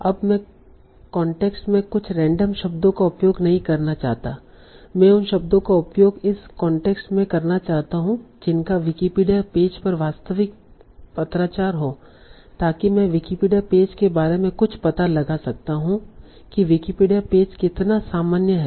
अब मैं कांटेक्स्ट में कुछ रैंडम शब्दों का उपयोग नहीं करना चाहता मैं उन शब्दों का उपयोग उस कांटेक्स्ट में करना चाहता हूं जिनका विकिपीडिया पेज पर वास्तविक पत्राचार हो ताकि मैं विकिपीडिया पेज के बारे में कुछ पता लगा सकता हूँ कि विकिपीडिया पेज कितना सामान्य है